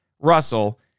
Russell